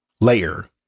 layer